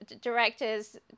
directors